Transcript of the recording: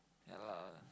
ya lah